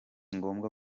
ngombwa